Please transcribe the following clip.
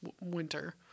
winter